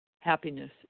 Happiness